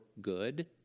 good